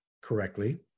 correctly